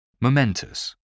Momentous